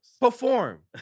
Perform